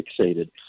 fixated